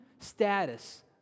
Status